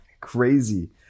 crazy